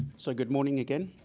so good morning, again,